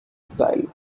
style